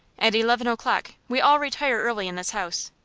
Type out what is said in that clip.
at eleven o'clock. we all retire early in this house.